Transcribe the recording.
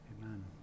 Amen